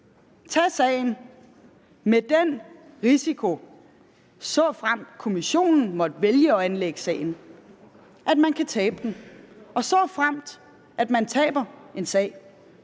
tage sagen med den risiko, såfremt Kommissionen måtte vælge at anlægge sag, at man kan tabe den. Og såfremt man taber en sag,